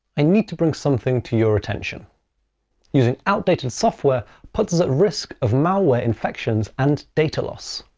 i need to bring something to your attention using outdated software puts us at risk of malware infections and data loss.